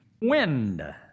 wind